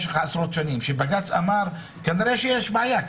יש בזה עולם שלם, ויש לזה משמעויות מאוד גדולות.